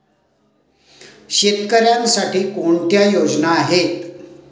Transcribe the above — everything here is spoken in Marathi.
शेतकऱ्यांसाठी कोणत्या योजना आहेत?